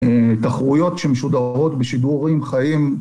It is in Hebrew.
תחרויות שמשודרות בשידורים חיים